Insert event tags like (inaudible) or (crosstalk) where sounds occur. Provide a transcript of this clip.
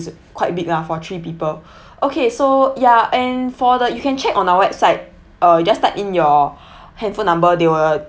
it's quite big lah for three people (breath) okay so ya and for the you can check on our website uh just type in your (breath) hand phone number they will